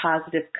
Positive